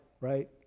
right